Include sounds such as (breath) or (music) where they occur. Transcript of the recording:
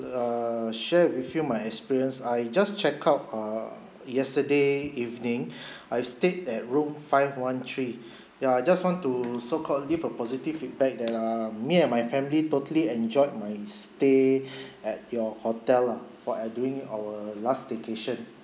err share with you my experience I just checked out uh yesterday evening (breath) I stayed at room five one three ya I just want to so called leave a positive feedback that uh me and my family totally enjoyed my stay (breath) at your hotel lah for uh during our last staycation